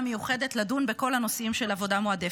מיוחדת לדון בכל הנושאים של עבודה מועדפת.